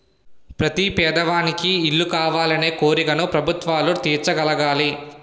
ప్రతి పేదవానికి ఇల్లు కావాలనే కోరికను ప్రభుత్వాలు తీర్చగలగాలి